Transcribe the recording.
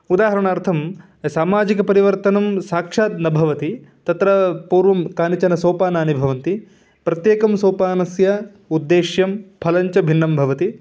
उदाहरणार्थं सामाजिकपरिवर्तनं साक्षात् न भवति तत्र पूर्वं कानिचन सोपानानि भवन्ति प्रत्येकस्य सोपानस्य उद्देश्यं फलं च भिन्नं भवति